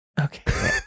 okay